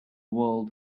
world